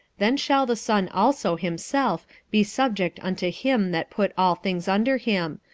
then shall the son also himself be subject unto him that put all things under him,